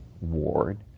ward